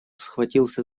схватился